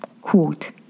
Quote